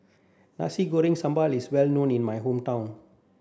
Nasi Goreng Sambal is well known in my hometown